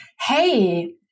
hey